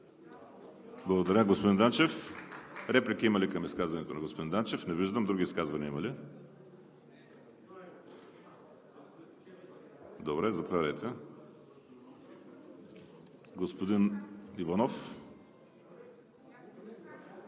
Благодаря, господин Данчев. Реплики има ли към изказването на господин Данчев? Не виждам. Други изказвания има ли? Заповядайте, господин Иванов.